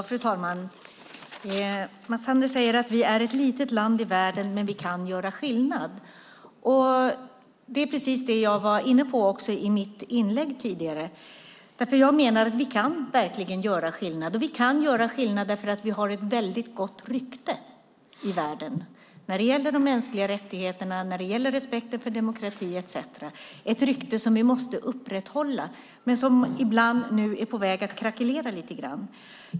Fru talman! Mats Sander säger att vi är ett litet land i världen men att vi kan göra skillnad. Det är precis det som jag var inne på i mitt anförande tidigare. Jag menar att vi verkligen kan göra skillnad. Vi kan göra skillnad eftersom vi har ett väldigt gott rykte i världen när det gäller mänskliga rättigheter, respekt för demokrati etcetera. Det är ett rykte som vi måste upprätthålla, men som är på väg att krackelera.